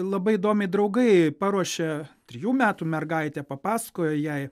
labai įdomiai draugai paruošė trijų metų mergaitę papasakojo jai